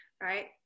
right